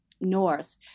north